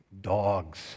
dogs